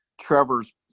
Trevor's